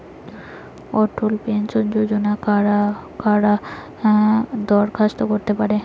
অটল pension যোজনায় কারা কারা দরখাস্ত করতে পারে?